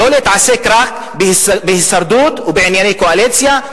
לא להתעסק רק בהישרדות ובענייני קואליציה,